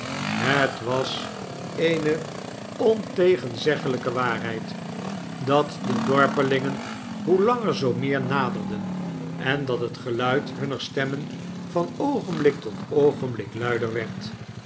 het was eene ontegenzeglyke waarheid dat de dorpelingen hoe langer zoo meer naderden en dat het geluid hunner stemmen van oogenblik tot oogenblik luider werd